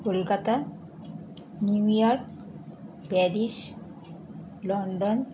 Kolkata New York Paris London